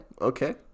Okay